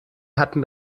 hatten